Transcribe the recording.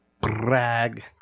Brag